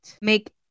make